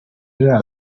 ririya